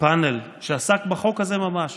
בפאנל שעסק בחוק הזה ממש,